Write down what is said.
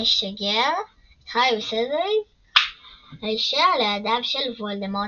המשגר את הארי וסדריק הישר לידיו של וולדמורט,